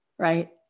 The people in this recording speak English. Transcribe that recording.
Right